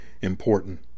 important